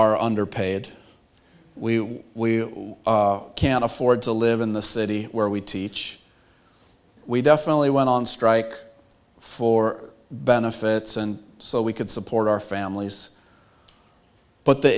are underpaid we we can't afford to live in the city where we teach we definitely went on strike for benefits and so we could support our families but the